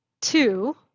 two